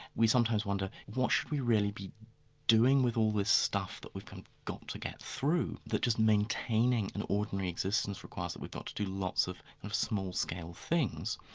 we sometimes wonder what should we really be doing with all this stuff that we've got to get through that just maintaining an ordinary existence requires that we've got to do lots of of small-scale things,